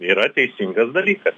yra teisingas dalykas